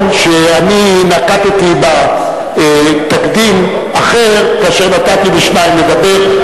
שאני נקטתי תקדים אחר כאשר נתתי לשניים לדבר.